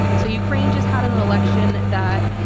so ukraine just had an an election that